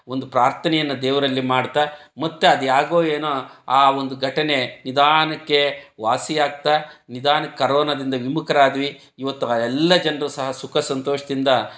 ಒಂದು ಪ್ರಾರ್ಥನೆಯನ್ನು ದೇವರಲ್ಲಿ ಮಾಡ್ತಾ ಮತ್ತು ಅದು ಹೇಗೋ ಏನೋ ಆ ಒಂದು ಘಟನೆ ನಿಧಾನಕ್ಕೆ ವಾಸಿಯಾಗ್ತಾ ನಿಧಾನ ಕರೋನದಿಂದ ವಿಮುಖರಾದ್ವಿ ಇವತ್ತು ಆ ಎಲ್ಲ ಜನರೂ ಸಹ ಸುಖ ಸಂತೋಷದಿಂದ